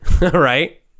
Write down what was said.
right